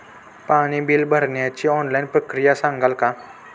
पाणी बिल भरण्याची ऑनलाईन प्रक्रिया सांगाल का?